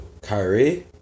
Kyrie